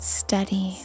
steady